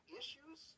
issues